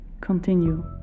continue